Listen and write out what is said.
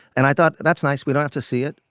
and i thought, that's nice. wouldn't have to see it.